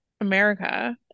America